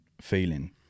feeling